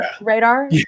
radar